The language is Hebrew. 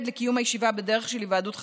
לקיום הישיבה בדרך של היוועדות חזותית,